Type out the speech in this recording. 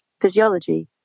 physiology